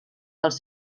dels